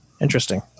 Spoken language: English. interesting